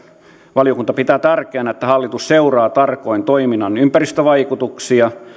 valiokunta pitää tärkeänä että hallitus seuraa tarkoin toiminnan ympäristövaikutuksia